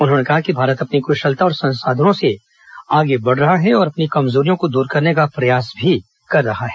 उन्होंने कहा कि भारत अपनी कुशलता और संसाधनों से आगे बढ़ रहा है और अपनी कमजोरियों को दूर करने का प्रयास भी कर रहा है